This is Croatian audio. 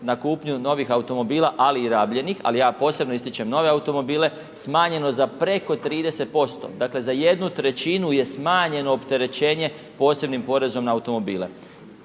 n kupnju novih automobila ali i rabljenih, ali ja posebno ističem nove automobile, smanjeno za preko 30%, dakle za 1/3 je smanjeno opterećenje posebnim porezom na automobile.